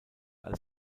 als